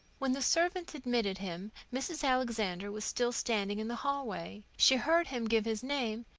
when the servant admitted him, mrs. alexander was still standing in the hallway. she heard him give his name,